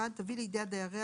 (1)תביא לידיעת דייריה,